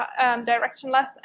directionless